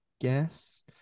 guess